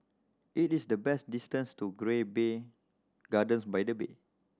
it is the best distance to Gardens by the Bay